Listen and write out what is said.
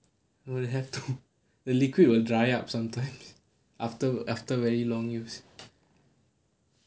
you will have to the liquid will dry up sometimes after after very long use